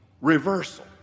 reversal